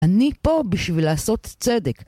אני פה בשביל לעשות צדק.